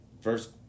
first